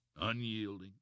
unyielding